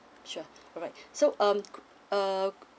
sure alright so um err